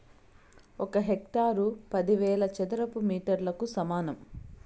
ఒక హెక్టారు పదివేల చదరపు మీటర్లకు సమానం